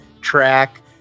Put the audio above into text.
track